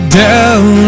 down